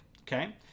Okay